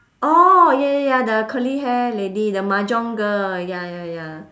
orh ya ya ya the curly hair lady the mahjong girl ya ya ya